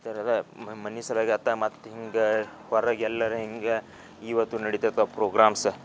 ಈ ಥರದ ಮನೆ ಸಲುವಾಗಿ ಆಯ್ತ ಮತ್ತು ಹಿಂಗೆ ಹೊರಗೆ ಎಲ್ಲರ ಹಿಂಗೆ ಈವತ್ತು ನಡಿತೈತೆ ಪ್ರೋಗ್ರಾಮ್ಸ